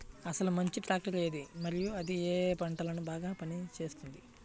అసలు మంచి ట్రాక్టర్ ఏది మరియు అది ఏ ఏ పంటలకు బాగా పని చేస్తుంది?